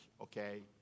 okay